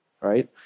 right